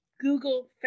Google